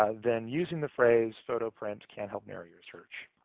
ah then using the phrase photo print can help narrow your search.